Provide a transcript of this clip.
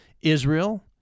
israel